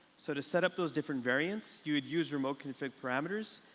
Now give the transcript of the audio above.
so to set up those different variants you would use remote config parameters,